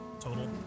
Total